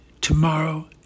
tomorrow